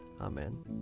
Amen